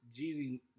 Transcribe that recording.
Jeezy